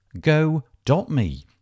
go.me